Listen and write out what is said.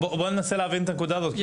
בואי ננסה להבין את הנקודה הזאת,